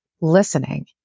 listening